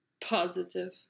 positive